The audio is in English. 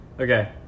okay